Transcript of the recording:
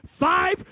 five